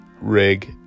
rig